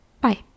bye